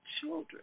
children